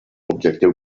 objectiu